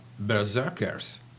Berserkers